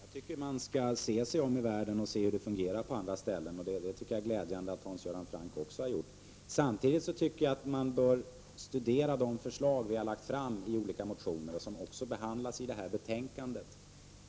Fru talman! Jag tycker att man skall se sig om i världen för att ta reda på hur det fungerar på andra håll, och det är glädjande att Hans Göran Franck också har gjort det. Samtidigt tycker jag att man bör studera de förslag som vi har lagt fram i olika motioner, som också behandlas i detta betänkande.